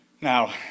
Now